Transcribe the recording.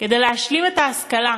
כדי להשלים את ההשכלה,